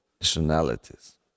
nationalities